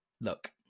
look